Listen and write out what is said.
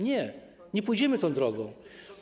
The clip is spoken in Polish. Nie, nie pójdziemy tą drogą.